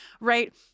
right